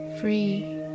free